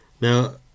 Now